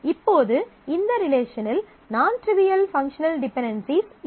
இப்போது இந்த ரிலேஷனில் நான் ட்ரிவியல் பங்க்ஷனல் டிபென்டென்சிஸ் இல்லை